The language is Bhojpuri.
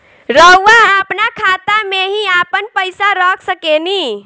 रउआ आपना खाता में ही आपन पईसा रख सकेनी